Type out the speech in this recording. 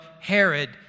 Herod